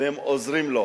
והם עוזרים לו,